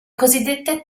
cosiddette